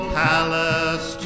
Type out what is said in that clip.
palace